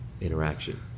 interaction